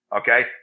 Okay